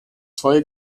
zwei